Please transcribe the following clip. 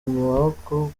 maboko